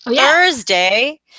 Thursday